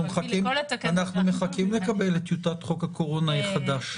אנחנו מחכים לקבל את טיוטת חוק הקורונה החדש.